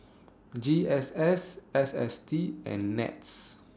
G S S S S T and Nets